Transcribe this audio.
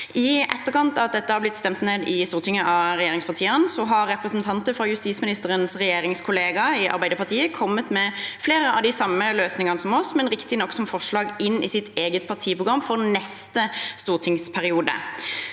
I etterkant av at dette har blitt stemt ned i Stortinget av regjeringspartiene, har representanter fra justisministerens regjeringskollega, Arbeiderpartiet, kommet med flere av de samme løsningene som oss, men riktignok som forslag inn i sitt eget partiprogram for neste stortingsperiode.